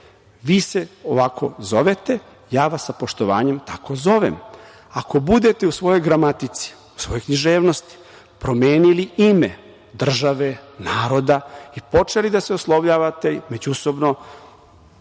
Vi se ovako zovete, ja vas sa poštovanjem tako zovem. Ako budete u svojoj gramatici, u svojoj književnosti promenili ime države, naroda i počeli da se oslovljavate međusobno